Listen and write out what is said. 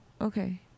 Okay